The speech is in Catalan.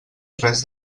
res